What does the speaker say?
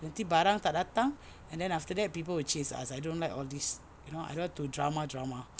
nanti barang tak datang and then after that people will chase us I don't like all these you know I don't want to drama drama